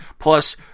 Plus